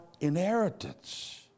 inheritance